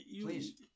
Please